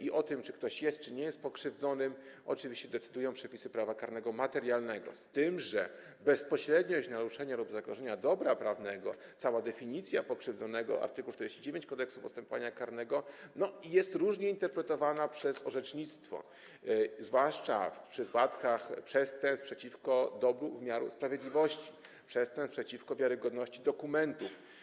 i o tym, czy ktoś jest, czy nie jest pokrzywdzony, oczywiście decydują przepisy prawa karnego materialnego, z tym że bezpośredniość naruszenia lub zagrożenia dobra prawnego, cała definicja pokrzywdzonego, art. 49 Kodeksu postępowania karnego, jest różnie interpretowana przez orzecznictwo, zwłaszcza w przypadkach przestępstw przeciwko dobru wymiaru sprawiedliwości, przestępstw przeciwko wiarygodności dokumentów.